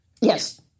Yes